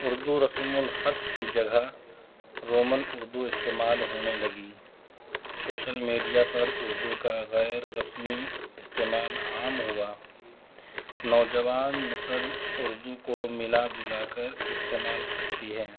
اردو رسم الخط کی جگہ رومن اردو استعمال ہونے لگی شوشل میڈیا پر اردو کا غیر رسمی استعمال عام ہوا نوجوان نسل اردو کو ملا جلا کر استعمال کرتی ہے